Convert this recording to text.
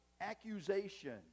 accusation